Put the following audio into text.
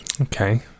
okay